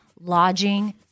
lodging